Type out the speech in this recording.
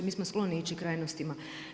Mi smo skloni ići krajnostima.